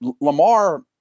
Lamar